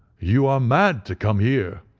you are mad to come here,